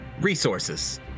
resources